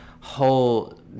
whole